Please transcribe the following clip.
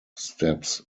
steps